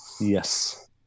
yes